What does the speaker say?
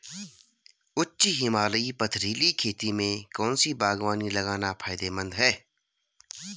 उच्च हिमालयी पथरीली खेती में कौन सी बागवानी लगाना फायदेमंद है?